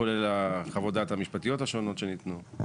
כולל חוות הדעת המשפטיות השונות שניתנו.